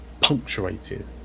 punctuated